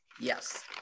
yes